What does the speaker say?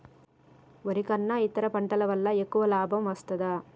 వరి కన్నా ఇతర పంటల వల్ల ఎక్కువ లాభం వస్తదా?